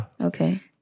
Okay